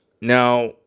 Now